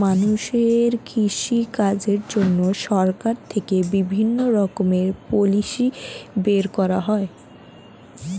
মানুষের কৃষি কাজের জন্য সরকার থেকে বিভিন্ন রকমের পলিসি বের করা হয়